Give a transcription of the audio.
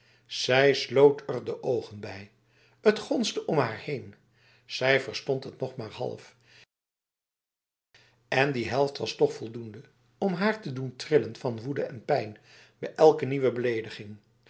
zij sloot er de ogen bij het gonsde om haar heen zij verstond het nog maar half en die helft was toch voldoende om haar te doen trillen van woede en pijn bij elke nieuwe belediging